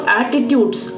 attitudes